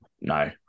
No